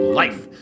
life